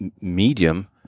medium